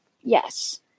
Yes